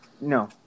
No